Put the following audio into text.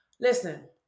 listen